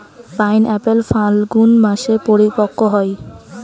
pineapple ফাল্গুন মাসে পরিপক্ব হয়